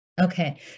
Okay